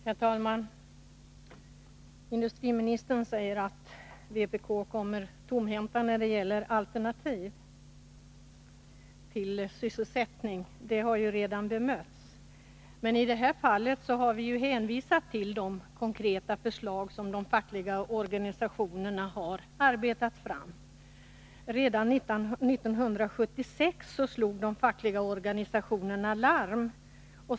Herr talman! Industriministern säger att vi från vpk kommer tomhänta när det gäller alternativ till sysselsättning. Det påståendet har redan bemötts. Men i det här fallet har vi hänvisat till de konkreta förslag som de fackliga organisationerna har arbetat fram. Redan 1976 slog de fackliga organisationerna larm.